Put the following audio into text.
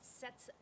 sets